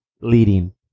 leading